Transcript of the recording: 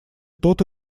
тот